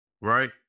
right